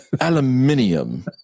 Aluminium